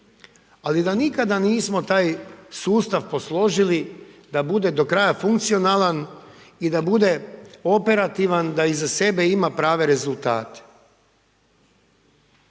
ali da nikada nismo taj sustav posložili da bude do kraja funkcionalan i da bude operativan i da iza sebe ima prave rezultate.